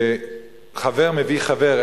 שחבר מביא חבר,